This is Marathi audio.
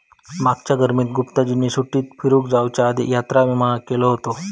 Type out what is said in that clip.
मागच्या गर्मीत गुप्ताजींनी सुट्टीत फिरूक जाउच्या आधी यात्रा विमा केलो हुतो